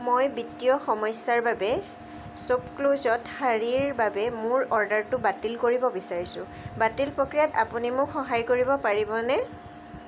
মই বিত্তীয় সমস্যাৰ বাবে শ্বপক্লুজত শাৰীৰ বাবে মোৰ অৰ্ডাৰটো বাতিল কৰিব বিচাৰিছোঁ বাতিল প্ৰক্ৰিয়াত আপুনি মোক সহায় কৰিব পাৰিবনে